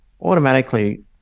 automatically